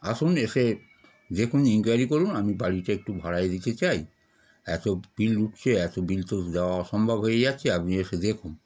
আসুন এসে দেখুন ইনকোয়ারি করুন আমি বাড়িটা একটু ভাড়ায় দিতে চাই এত বিল উঠছে এত বিল তো দেওয়া অসম্ভব হয়ে যাচ্ছে আপনি এসে দেখুন